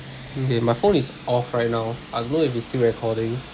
okay my phone is off right now I don't know if it's still recording